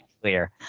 clear